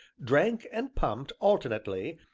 drank and pumped, alternately,